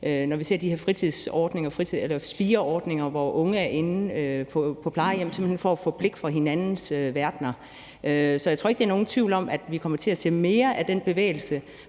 nogle af de her spireordninger, hvor unge er inde at besøge plejehjem, simpelt hen for at få blik for hinandens verdener. Så jeg tror ikke, der er nogen tvivl om, at vi kommer til at se mere af den bevægelse;